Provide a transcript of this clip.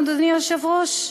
אדוני היושב-ראש?